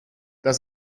das